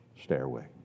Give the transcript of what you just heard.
stairway